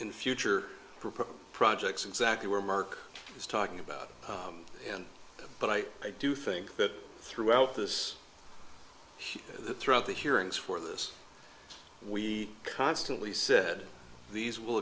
in future projects exactly where mark is talking about and but i i do think that throughout this throughout the hearings for this we constantly said these will